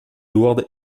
lourdes